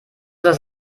das